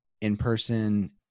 in-person